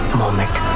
moment